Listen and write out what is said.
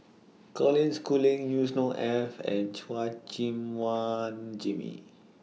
Colin Schooling Yusnor Ef and Chua Gim Guan Jimmy